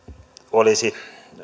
olisi